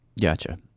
Gotcha